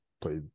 played